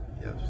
yes